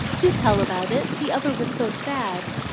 do tell about it! the other was so sad.